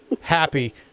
happy